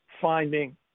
finding